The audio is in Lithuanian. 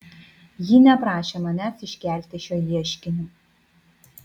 ji neprašė manęs iškelti šio ieškinio